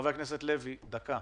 חבר הכנסת לוי, דקה.